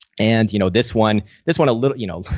and, you know, this one this one a little you know,